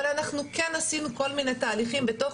אבל אנחנו כן עשינו כל מיני תהליכים בתוך